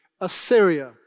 Assyria